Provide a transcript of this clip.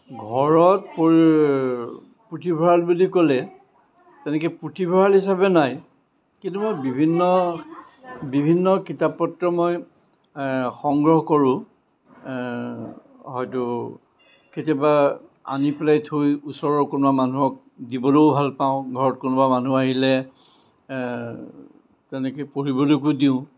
ঘৰত পুথিভঁৰাল বুলি ক'লে তেনেকেৈ পুথিভঁৰাল হিচাপে নাই কিন্তু মই বিভিন্ন বিভিন্ন কিতাপ পত্ৰ মই সংগ্ৰহ কৰোঁ হয়তো কেতিয়াবা আনি পেলাই থৈ ওচৰৰ কোনোবা মানুহক দিবলৈও ভালপাওঁ ঘৰত কোনোবা মানুহ আহিলে তেনেকৈ পঢ়িবলৈকো দিওঁ